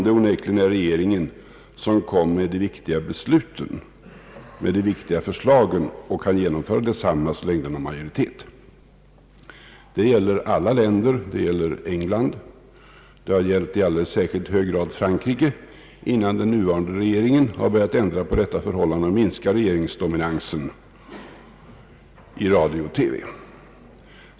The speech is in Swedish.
Det är onekligen regeringen som lägger fram de viktiga förslagen och som kan genomföra desamma så länge den har majoritet. Detta gäller i alla länder. Det gäller i England och har i alldeles särskilt hög grad gällt i Frankrike, innan den nuvarande regeringen började ändra på detta förhållande och minskade regeringsdominansen i radio och TV.